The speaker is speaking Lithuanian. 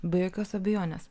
be jokios abejonės